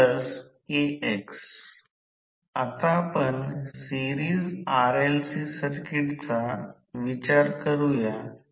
म्हणून हे येत आहे E 1विभाजित r2 ' j X 2 जे सर्वकाही स्टेटर च्या बाजूने रूपांतरित झाले आहे